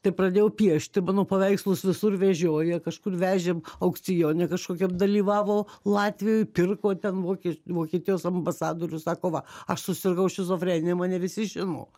tai pradėjau piešti mano paveikslus visur vežioja kažkur vežėm aukcione kažkokiam dalyvavo latvijoj pirko ten vokie vokietijos ambasadorius sako va aš susirgau šizofrenija mane visi žino